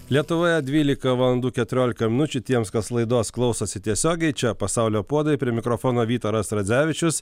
lietuvoje dvylika valandų keturiolika minučių tiems kas laidos klausosi tiesiogiai čia pasaulio puodai prie mikrofono vytaras radzevičius